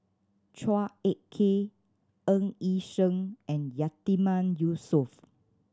Chua Ek Kay Ng Yi Sheng and Yatiman Yusof